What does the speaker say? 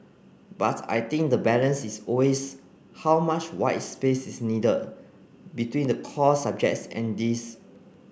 but I think the balance is always how much white space is needed between the core subjects and this